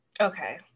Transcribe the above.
Okay